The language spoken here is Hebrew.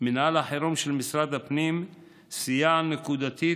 מינהל החירום של משרד הפנים סייע נקודתית,